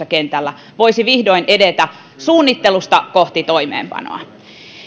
kentällä voisi vihdoin edetä suunnittelusta kohti toimeenpanoa